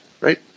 right